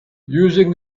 using